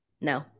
no